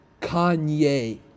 kanye